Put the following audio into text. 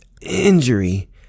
injury